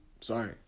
sorry